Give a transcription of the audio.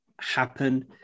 happen